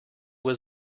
was